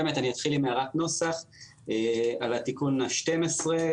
אתחיל עם הערת נוסח על תיקון 12,